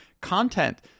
content